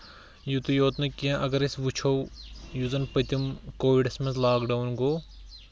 یِتُے یوت نہٕ کیٚنٛہہ اَگر أسۍ وُچھو یُس زَن پٔتِم کووِڈس منٛز لاک ڈاوُن گوٚو